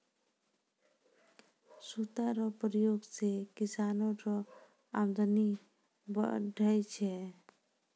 सूता रो प्रयोग से किसानो रो अमदनी बढ़ै छै